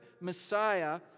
Messiah